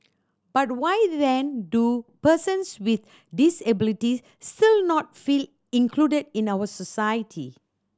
but why then do persons with disabilities still not feel included in our society